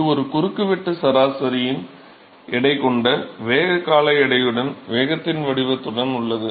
இது ஒரு குறுக்குவெட்டு சராசரி எடை கொண்ட வேக கால எடையுடன் வேகத்தின் வடிவத்துடன் உள்ளது